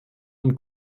und